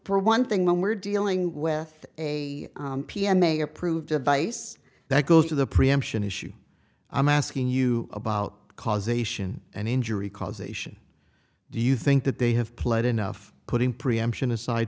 for one thing when we're dealing with a p m a approved device that goes to the preemption issue i'm asking you about causation and injury causation do you think that they have played enough putting preemption aside